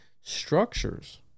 structures